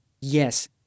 yes